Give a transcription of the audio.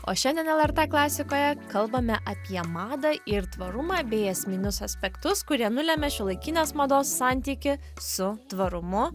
o šiandien lrt klasikoje kalbame apie madą ir tvarumą bei esminius aspektus kurie nulemia šiuolaikinės mados santykį su tvarumu